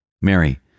Mary